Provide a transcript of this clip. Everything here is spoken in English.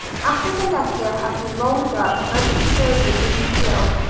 after the letter has been rolled up and inserted in the quill,